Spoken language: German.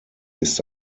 ist